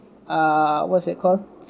err what's that called